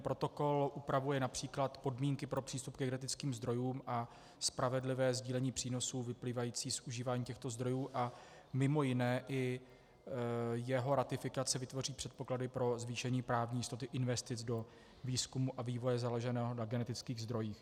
Protokol upravuje např. podmínky pro přístup ke genetickým zdrojům a spravedlivé sdílení přínosů vyplývajících z užívání těchto zdrojů a mj. i jeho ratifikace vytvoří předpoklady pro zvýšení právní jistoty investic do výzkumu a vývoje založeného na genetických zdrojích.